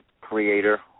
Creator